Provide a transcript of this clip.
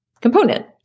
component